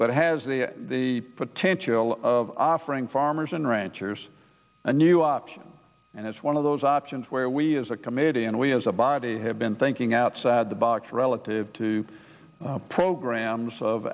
it has the potential of offering farmers and ranchers a new option and it's one of those options where we as a committee and we as a body have been thinking outside the box relative to programs of